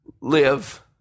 live